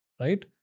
Right